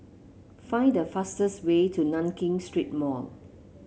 find the fastest way to Nankin Street Mall